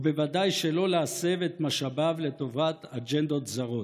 ובוודאי שלא להסב את משאביו לטובת אג'נדות זרות.